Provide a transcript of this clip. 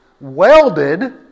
welded